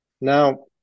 Now